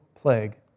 plague